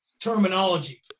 terminology